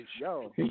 Yo